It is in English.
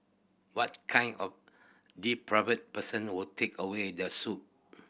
what kind of depraved person would take away the soup